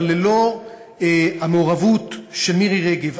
אבל ללא המעורבות של מירי רגב,